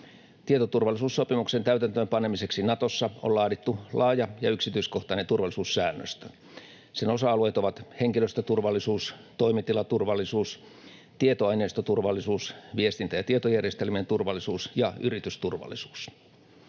Tietoturvallisuussopimuksen täytäntöönpanemiseksi Natossa on laadittu laaja ja yksityiskohtainen turvallisuussäännöstö. Sen osa-alueet ovat henkilöstöturvallisuus, toimitilaturvallisuus, tietoaineistoturvallisuus, viestintä- ja tietojärjestelmien turvallisuus ja yritysturvallisuus.